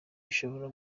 bishobora